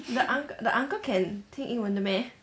the uncle the uncle can 听英文的 meh